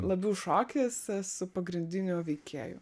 labiau šokis su pagrindiniu veikėju